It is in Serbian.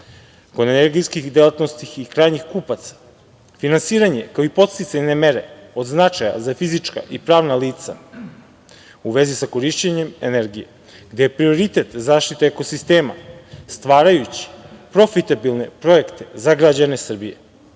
kod energetskih delatnosti i krajnjih kupaca, finansiranje kao i podsticajne mere od značaja za fizička i pravna lica u vezi sa korišćenjem energije, gde je prioritet zaštita ekosistema, stvarajući profitabilne projekte za građane Srbije